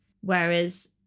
Whereas